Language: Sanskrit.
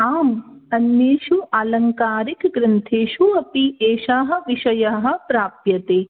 आम् अन्येषु आलङ्कारिकग्रन्थेषु अपि एषाः विषयाः प्राप्यते